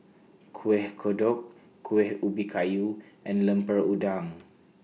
Kuih Kodok Kueh Ubi Kayu and Lemper Udang